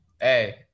hey